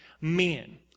men